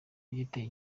igiteye